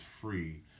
free